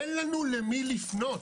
אין לנו למי לפנות,